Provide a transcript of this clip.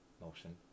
motion